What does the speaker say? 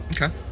Okay